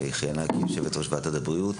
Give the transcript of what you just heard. שכיהנה כיושבת-ראש ועדת הבריאות.